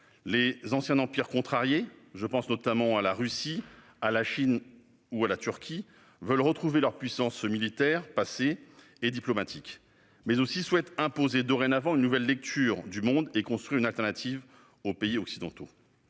Les anciens empires contrariés- je pense notamment à la Russie, à la Chine et à la Turquie -veulent retrouver leur puissance militaire et diplomatique passée. Ils souhaitent aussi imposer dorénavant une nouvelle lecture du monde et construire une alternative aux pays occidentaux.